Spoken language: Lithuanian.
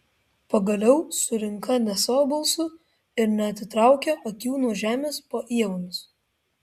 pagaliau surinka ne savo balsu ir neatitraukia akių nuo žemės po ievomis